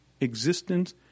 Existence